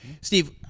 Steve